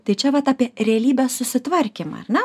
tai čia vat apie realybės susitvarkymą ar ne